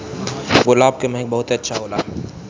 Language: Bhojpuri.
गुलाब के महक बहुते अच्छा होला